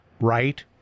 right